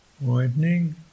widening